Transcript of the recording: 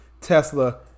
Tesla